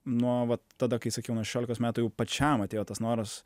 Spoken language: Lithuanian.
nuo vat tada kai sakiau nuo šešiolikos metui jau pačiam atėjo tas noras